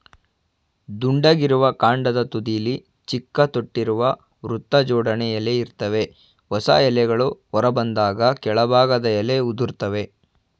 ದುಂಡಗಿರುವ ಕಾಂಡದ ತುದಿಲಿ ಚಿಕ್ಕ ತೊಟ್ಟಿರುವ ವೃತ್ತಜೋಡಣೆ ಎಲೆ ಇರ್ತವೆ ಹೊಸ ಎಲೆಗಳು ಹೊರಬಂದಾಗ ಕೆಳಭಾಗದ ಎಲೆ ಉದುರ್ತವೆ